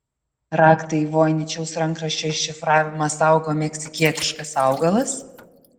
raktą į voiničiaus rankraščio iššifravimą saugo meksikietiškas augalas